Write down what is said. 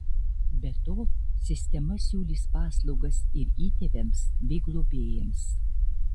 be to sistema siūlys paslaugas ir įtėviams bei globėjams